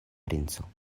princo